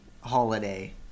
holiday